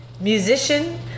musician